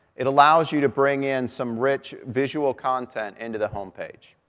it allows you to bring in some rich visual content into the homepage.